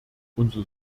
unser